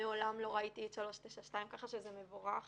לא ראיתי את 392 ככה שזה מבורך,